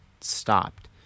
stopped